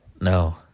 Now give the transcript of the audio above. No